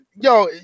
yo